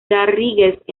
garrigues